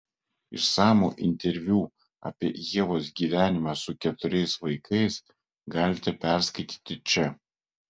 išsamų interviu apie ievos gyvenimą su keturiais vaikais galite perskaityti čia